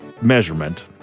measurement